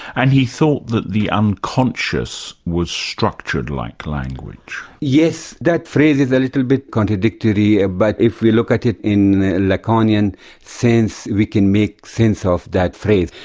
and he thought that the unconscious was structured like language. yes. that phrase is a little bit contradictory, ah but if we look at it in a lacanian sense we can make sense of that phrase.